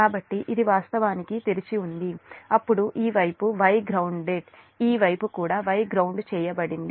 కాబట్టి ఇది వాస్తవానికి తెరిచి ఉంది అప్పుడు ఈ వైపు Y గ్రౌండ్డ్ ఈ వైపు కూడా Y గ్రౌండ్ చేయబడింది